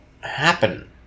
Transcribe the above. happen